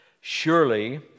Surely